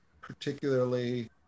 particularly